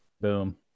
Boom